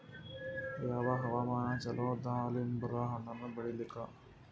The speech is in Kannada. ಯಾವ ಹವಾಮಾನ ಚಲೋ ದಾಲಿಂಬರ ಹಣ್ಣನ್ನ ಬೆಳಿಲಿಕ?